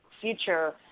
future